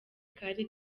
kari